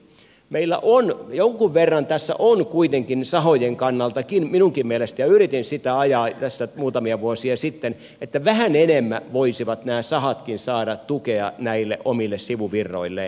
meillä jonkun verran tässä kuitenkin minunkin mielestäni ja yritin sitä ajaa muutamia vuosia sitten vähän enemmän voisivat nämä sahatkin saada tukea näille omille sivuvirroilleen